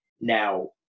Now